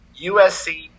USC